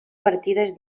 partides